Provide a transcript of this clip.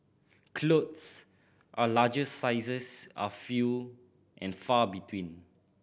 clothes are larger sizes are few and far between